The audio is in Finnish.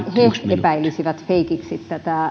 epäilisivät feikiksi